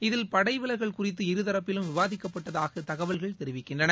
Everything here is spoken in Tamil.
இதில் படை விலகல் குறித்து இருதரப்பிலும் விவாதிக்கப்பட்டதாக தகவல்கள் தெரிவிக்கின்றன